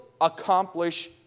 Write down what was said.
accomplish